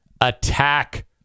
attack